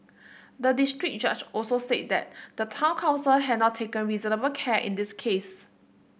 the district judge also said that the town council had not taken reasonable care in this case